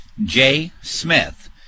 JSmith